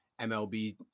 MLB